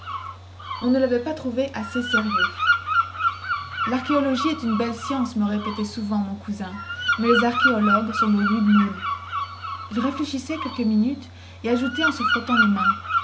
on ne lavait pas trouvé assez sérieux larchéologie est une belle science me répétait souvent mon cousin mais les archéologues sont de rudes moules il réfléchissait quelques minutes et ajoutait en se frottant les mains